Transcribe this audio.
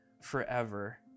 forever